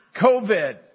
COVID